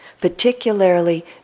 particularly